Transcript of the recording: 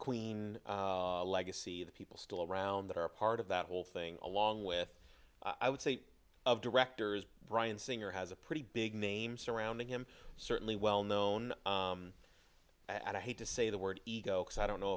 queen legacy the people still around that are part of that whole thing along with i would say of directors bryan singer has a pretty big name surrounding him certainly well known and i hate to say the word ego because i don't know